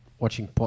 watching